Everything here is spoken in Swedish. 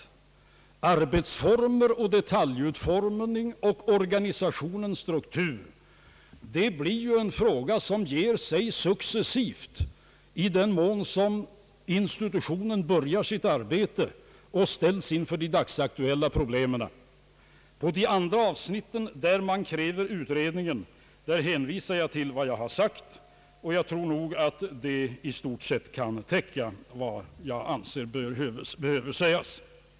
Detaljutformningen, arbetsformerna och = organisationens struktur blir ju frågor, som ger sig successivt i den mån som institutionen börjar sitt arbete och ställs inför de dagsaktuella problemen. På de andra avsnitten, där man kräver utredning, hänvisar jag till vad jag redan har anfört; jag tror att det i stort sett kan täcka vad som behöver sägas.